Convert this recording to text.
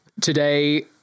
Today